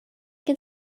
can